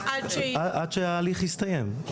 עד שההליך יסתיים.